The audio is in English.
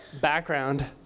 background